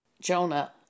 Jonah